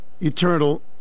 eternal